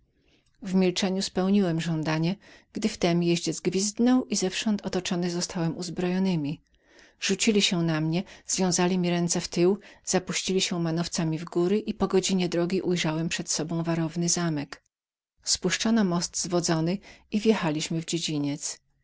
milczeniu spełniłem jego żądanie gdy w tem jeździec gwiznął i zewsząd otoczony zostałem uzbrojonymi rzucili się na mnie związali mi ręce w tył zapuścili manowcami w góry i po godzinie drogi ujrzałem przed sobą warowny zamek spuszczono most zwodzony i wjechaliśmy w dziedziniec